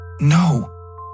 No